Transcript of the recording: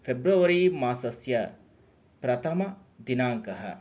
फेब्रवरी मासस्य प्रथमदिनाङ्कः